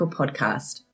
podcast